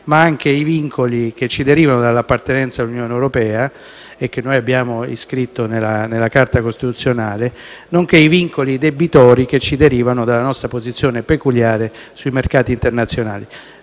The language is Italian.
a tutti), i vincoli che ci derivano dall'appartenenza all'Unione europea - che noi abbiamo iscritto nella Carta costituzionale - nonché i vincoli debitori che ci derivano dalla nostra posizione peculiare sui mercati internazionali.